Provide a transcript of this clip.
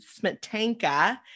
Smetanka